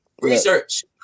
research